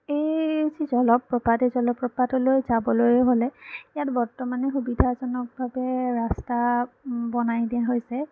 এই যি জলপ্ৰপাত এই জলপ্ৰপাতলৈ যাবলৈ হ'লে ইয়াত বৰ্তমানে সুবিধাজনকভাৱে ৰাস্তা বনাই দিয়া হৈছে